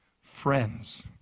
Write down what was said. friends